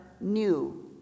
new